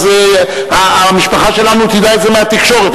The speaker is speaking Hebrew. אז המשפחה שלנו תדע את זה מהתקשורת,